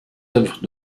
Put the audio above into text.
œuvres